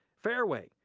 fareway,